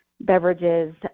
beverages